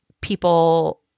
people